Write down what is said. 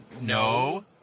no